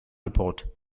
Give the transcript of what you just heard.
report